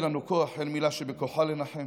אין לנו כוח, אין מילה שבכוחה לנחם,